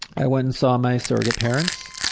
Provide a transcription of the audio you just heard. i went and saw my surrogate parents.